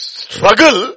struggle